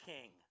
King